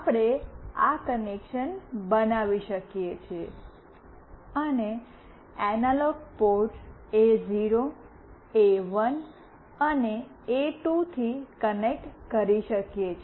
આપણે આ કનેક્શન બનાવી શકીએ છીએ અને એનાલોગ પોર્ટ્સ એ0 એ1 અને એ2 થી કનેક્ટ કરી શકીએ છીએ